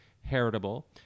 heritable